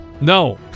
No